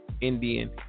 Indian